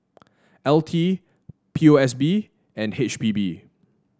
L T P O S B and H P B